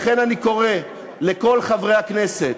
לכן אני קורא לכל חברי הכנסת,